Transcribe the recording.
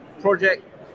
project